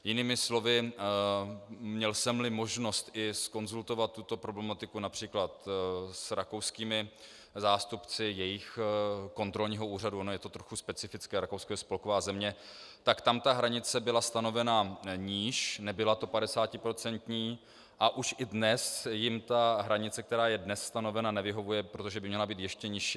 Jinými slovy, mělli jsem možnost i zkonzultovat tuto problematiku například s rakouskými zástupci jejich kontrolního úřadu, ono je to trochu specifické, Rakousko je spolková země, tak tam ta hranice byla stanovena níž, nebyla to padesátiprocentní, a už dnes jim ta hranice, která je stanovena, nevyhovuje, protože by měla být ještě nižší.